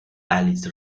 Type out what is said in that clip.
alice